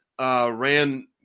ran